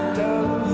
love